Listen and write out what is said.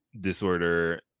disorder